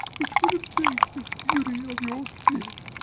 which will abate the fury of your fit,